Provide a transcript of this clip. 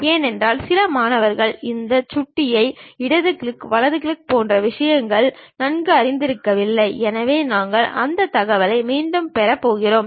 ஏனென்றால் சில மாணவர்கள் இந்த சுட்டியை இடது கிளிக் வலது கிளிக் போன்ற விஷயங்களை நன்கு அறிந்திருக்கவில்லை எனவே நாங்கள் அந்த தகவலை மீண்டும் பெறப் போகிறோம்